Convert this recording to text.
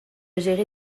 gérer